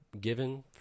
given